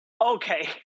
okay